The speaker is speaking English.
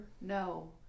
No